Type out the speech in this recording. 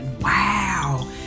wow